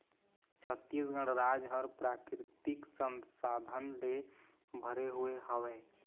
छत्तीसगढ़ राज ह प्राकृतिक संसाधन ले भरे हुए हवय